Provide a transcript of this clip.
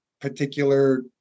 particular